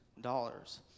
dollars